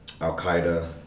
Al-Qaeda